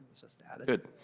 just added. good.